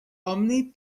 omni